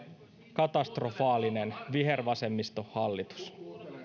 katastrofaalinen vihervasemmistohallitus